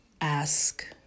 Ask